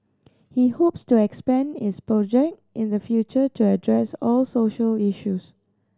he hopes to expand his project in the future to address all social issues